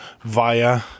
via